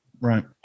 Right